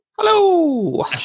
Hello